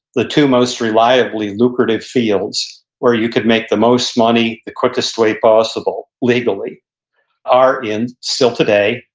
the two most reliably lucrative fields where you could make the most money the quickest way possible legally are in, still today,